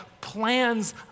plans